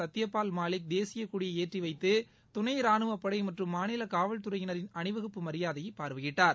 சத்யபால் மாலிக் தேசியக்கொடியை ஏற்றி வைத்து துணை ராணுவப்படை மற்றும் மாநில காவல்துறையினரின் அணிவகுப்பு மரியாதையை பார்வையிட்டார்